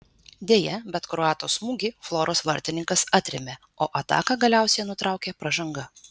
deja bet kroato smūgį floros vartininkas atrėmė o ataką galiausiai nutraukė pražanga